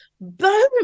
Boom